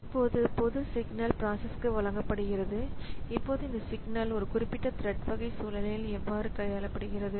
இப்போது பொது சிக்னல் பிராசஸ்க்கு வழங்கப்படுகிறது இப்போது இந்த சிக்னல்signal ஒரு த்ரெட் வகை சூழலில் எவ்வாறு கையாளப்படுகிறது